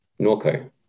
Norco